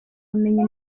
ubumenyi